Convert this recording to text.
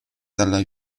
dalla